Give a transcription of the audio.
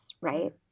right